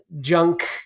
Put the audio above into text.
junk